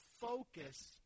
focus